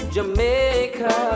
Jamaica